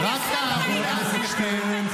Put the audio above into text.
חבר הכנסת שטרן.